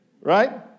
right